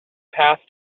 path